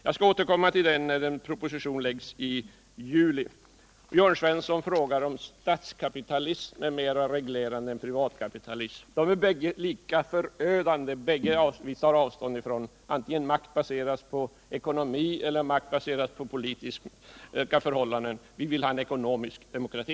Jag skall återkomma till de här sakerna när propositionen föreligger. Jörn Svensson frågar om.-statskapitalism är mer reglerande än privatkapitalism. Båda formerna är lika förödande, och vi tar avstånd från dem båda. Vi vill ha cen ekonomisk demokrati.